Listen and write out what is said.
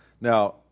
Now